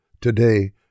Today